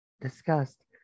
discussed